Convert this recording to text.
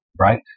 right